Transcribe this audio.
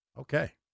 okay